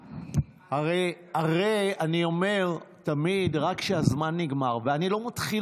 הרי אני אומר תמיד רק כשהזמן נגמר ואני לא מתחיל